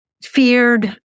feared